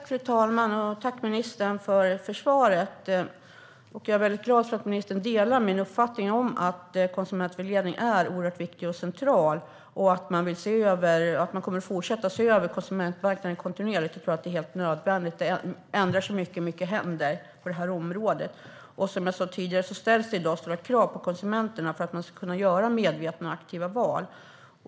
Fru talman! Tack, ministern, för svaret! Jag är väldigt glad över att ministern delar min uppfattning att konsumentvägledningen är oerhört viktig och central och att man kommer att fortsätta se över konsumentmarknaden kontinuerligt. Det tror jag är helt nödvändigt. Som jag sa ställs det i dag stora krav på konsumenterna att göra medvetna och aktiva val.